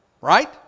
right